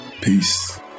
Peace